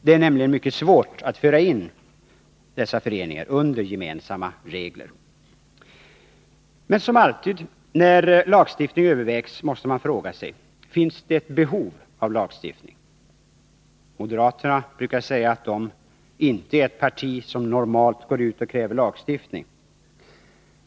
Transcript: Det är nämligen mycket svårt att föra in dessa föreningar under gemensamma regler. Men som alltid när lagstiftning övervägs måste man fråga sig: Finns det ett behov av lagstiftning? Moderaterna brukar säga att de inte är ett parti som normalt går ut och kräver lagstiftning.